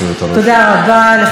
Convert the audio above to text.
בשעה טובה.